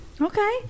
Okay